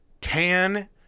tan